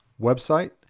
website